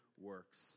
works